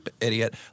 idiot